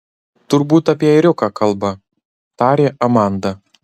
turbūt apie ėriuką kalba tarė amanda